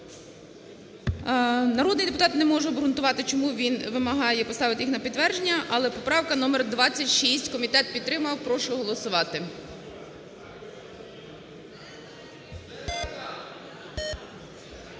Народний депутат не може обґрунтувати, чому він вимагає поставити їх на підтвердження, але поправка номер 26, комітет підтримав, прошу голосувати.